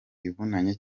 ivunanye